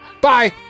Bye